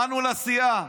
באנו לסיעה,